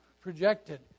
projected